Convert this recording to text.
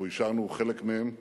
אנחנו אישרנו חלק מהן בממשלה,